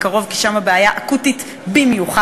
כי שם הבעיה אקוטית במיוחד,